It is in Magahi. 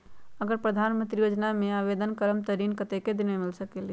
अगर प्रधानमंत्री योजना में आवेदन करम त ऋण कतेक दिन मे मिल सकेली?